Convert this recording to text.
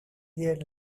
their